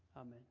Amen